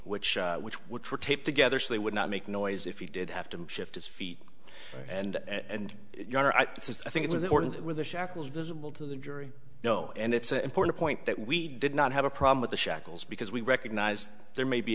which which which were taped together so they would not make noise if he did have to shift his feet and i think it's important that with the shackles visible to the jury you know and it's an important point that we did not have a problem with the shackles because we recognize there may be